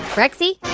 rexy?